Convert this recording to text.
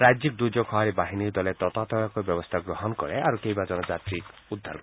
ৰাজ্যিক দূৰ্যোগ সহাঁৰি বাহিনীৰ দলে ততাতয়াকৈ ব্যৱস্থা গ্ৰহণ কৰে আৰু কেইবাজনো যাত্ৰীক উদ্ধাৰ কৰে